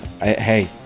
Hey